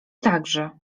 także